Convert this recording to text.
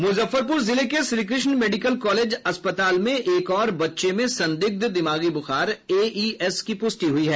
मुजफ्फरपुर जिले के Shrikrishna medical college अस्पताल में एक और बच्चे में संदिग्ध दिमागी ब्रखार एईएस की प्रष्टि हुई है